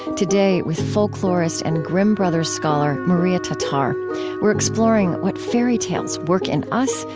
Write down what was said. today, with folklorist and grimm brothers scholar maria tatar we're exploring what fairy tales work in us,